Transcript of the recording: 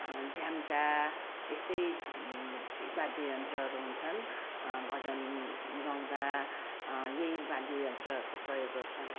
झ्याम्टा यस्तै वाद्य यन्त्रहरू हुन्छन् भजन गाउँदा यही वाद्य यन्त्रहरूको प्रयोग गर्छन्